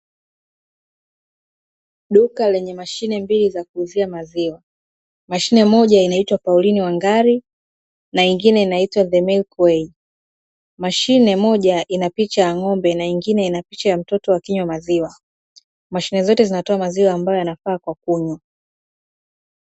Duka lenye mashine mbili za kuuzia maziwa. Mashine moja inaitwa Pauline Wangari na nyingine inaitwa "The Milk Way". Mashine moja ina picha ya ng'ombe na nyingine ina picha ya mtoto akinywa maziwa. Mashine zote zinatoa maziwa ambayo yanafaa kwa kunywa.